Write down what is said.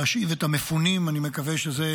להשיב את המפונים, אני מקווה שזה